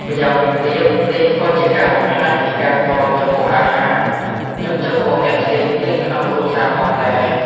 ម្យ៉ាងវិញទៀត នេះក៏ជាការបង្ហាញពីការគោរពចំពោះអាហារ និងចំពោះអ្នកផ្សេងទៀតក្នុងគ្រួសារផងដែរ។